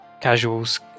casuals